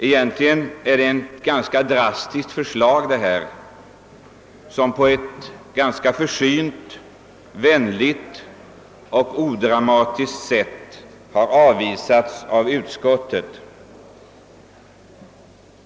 Egentligen är det ett drastiskt förslag som på ett ganska försynt, vänligt och odramatiskt sätt har avvisats av utskottet.